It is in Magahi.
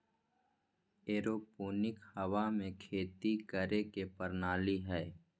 एरोपोनिक हवा में खेती करे के प्रणाली हइ